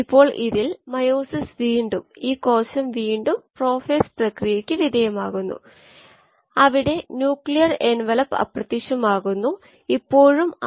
ഉദാഹരണത്തിന് സബ്സ്ട്രേറ്റ് ഉപഭോഗ നിരക്ക് ആവശ്യമാണെങ്കിലും അറിയില്ലെങ്കിൽ എന്നാൽ വളർച്ചാ നിരക്ക് അറിയാമെങ്കിൽ വളർച്ചാ നിരക്കിൽ നിന്ന് സബ്സ്ട്രേറ്റ് ഉപഭോഗ നിരക്ക് കണക്കാക്കാം യിൽഡ് കോയിഫിഷ്യന്റ അറിയാമെങ്കിൽ അത് എപ്പോഴും കണക്കാക്കാം